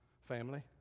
family